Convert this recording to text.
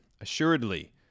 assuredly